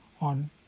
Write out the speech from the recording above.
on